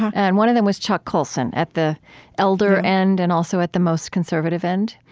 and one of them was chuck colson at the elder and and also at the most conservative end.